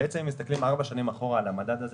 אם מסתכלים ארבע שנים אחורה על המדד הזה,